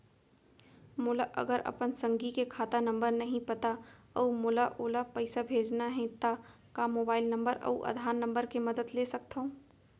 मोला अगर अपन संगी के खाता नंबर नहीं पता अऊ मोला ओला पइसा भेजना हे ता का मोबाईल नंबर अऊ आधार नंबर के मदद ले सकथव?